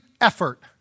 effort